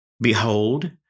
Behold